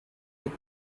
with